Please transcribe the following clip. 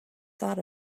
thought